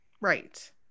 Right